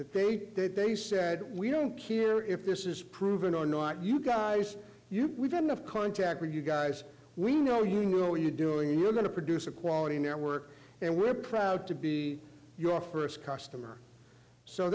that they did they said we don't care if this is proven or not you guys you we've had enough contact with you guys we know you know you doing you're going to produce a quality network and we're proud to be your first customer so